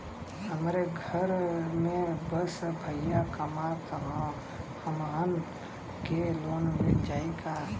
हमरे घर में बस भईया कमान तब हमहन के लोन मिल जाई का?